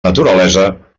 naturalesa